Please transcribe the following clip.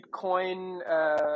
bitcoin